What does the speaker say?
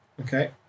Okay